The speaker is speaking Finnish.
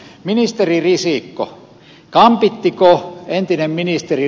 ministeri risikko kampittiko entinen ministeri